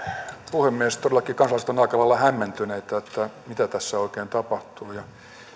puhemies todellakin kansalaiset ovat aika lailla hämmentyneitä että mitä tässä oikein tapahtuu